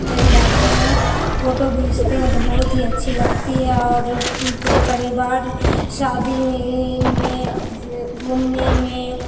جاتے ہیں فوٹو کھیچتے ہیں تو بہت ہی اچھی لگتی ہے اور پورے پریوار شادی میں گھومنے میں